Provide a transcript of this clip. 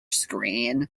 screen